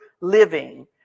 living